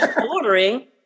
ordering